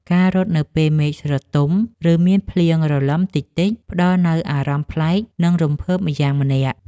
ការរត់នៅពេលមេឃស្រទុំ ឬមានភ្លៀងរលឹមតិចៗ ផ្ដល់នូវអារម្មណ៍ប្លែក និងរំភើបម្យ៉ាងម្នាក់។